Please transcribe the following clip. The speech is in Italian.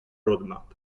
roadmap